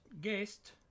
guest